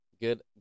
Good